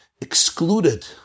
excluded